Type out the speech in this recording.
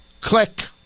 Click